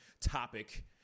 topic